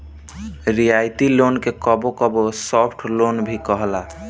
रियायती लोन के कबो कबो सॉफ्ट लोन भी कहाला